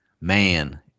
man